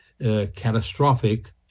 catastrophic